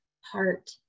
heart